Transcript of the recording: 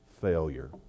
failure